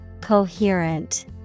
Coherent